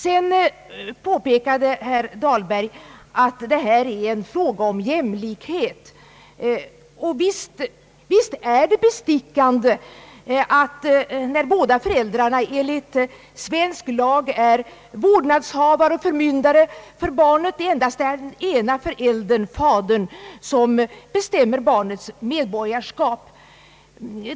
Herr Dahlberg påpekade att detta är en fråga om jämlikhet. Visst är det bestickande att när båda föräldrarna en ligt svensk lag är vårdnadshavare och förmyndare för barnet, endast den ena föräldern — fadern — bestämmer barnets medborgarskap.